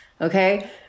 Okay